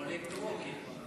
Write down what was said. פוליטרוק.